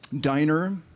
Diner